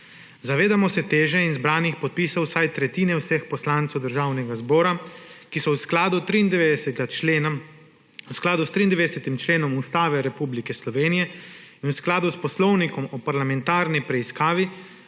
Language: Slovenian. Zavedamo se teže in zbranih podpisov vsaj tretjine vseh poslancev Državnega zbora, ki so v skladu s 93. členom Ustave Republike Slovenije in v skladu s Poslovnikom o parlamentarni preiskavi